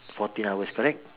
fourteen hours correct